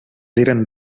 eren